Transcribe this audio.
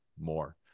more